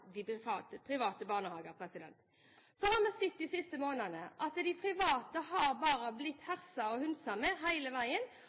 de siste månedene sett at de private bare har blitt